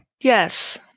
Yes